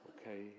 Okay